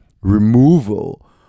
removal